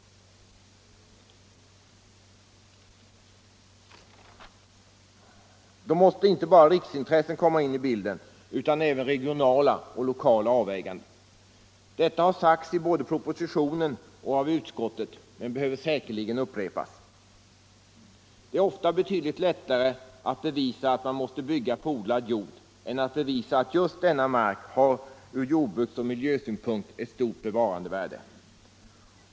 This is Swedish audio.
Då måste inte bara riksintresset komma in i bilden utan även regionala och lokala avväganden. Detta har sagts både i propositionen och av utskottet men behöver säkerligen upprepas. Det är ofta betydligt lättare att bevisa att man måste bygga på odlad jord än att bevisa att just denna mark har ur jordbruksoch miljösynpunkt ett stort bevarandevärde.